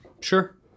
Sure